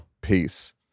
peace